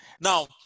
Now